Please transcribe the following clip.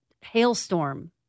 hailstorm